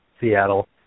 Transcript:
Seattle